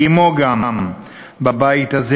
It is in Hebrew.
כמו גם בבית הזה,